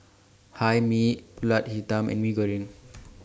Hae Mee Pulut Hitam and Mee Goreng